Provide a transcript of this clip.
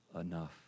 enough